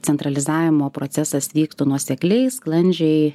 centralizavimo procesas vyktų nuosekliai sklandžiai